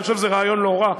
אני חושב שזה רעיון לא רע,